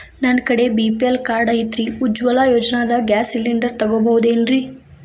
ನನ್ನ ಕಡೆ BPL card ಐತ್ರಿ, ಉಜ್ವಲಾ ಯೋಜನೆದಾಗ ಗ್ಯಾಸ್ ಸಿಲಿಂಡರ್ ತೊಗೋಬಹುದೇನ್ರಿ?